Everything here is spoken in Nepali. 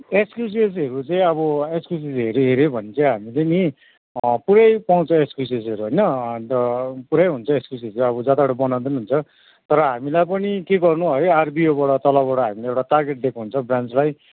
एक्सक्युजेसहरू चाहिँ अब एक्सक्युजेसहरू हेऱ्यो भने चाहिँ हामीले नि पुरै पाउँछ एक्सक्युजेसहरू होइन अन्त पुरै हुन्छ एक्सक्युजेसहरू अब जताबाट बनाउँदा पनि हुन्छ तर हामीलाई पनि के गर्नु है आरबिओबाट तलबाट हामीलाई एउटा टारगेट दिएको हुन्छ ब्रान्चलाई